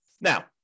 Now